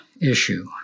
issue